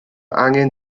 angen